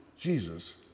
Jesus